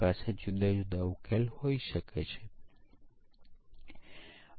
તમે નવી જંતુનાશક મલાથિઓન અથવા બીજી કંઈક ખરીદો છો અને પછી સ્પ્રે કરો ફરીથી 30 જીવાત ટકી શકે છે